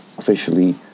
officially